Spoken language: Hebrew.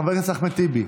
חבר הכנסת אחמד טיבי,